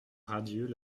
radieux